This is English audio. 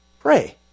pray